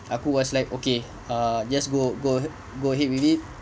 I was like okay ah just go go go ahead with it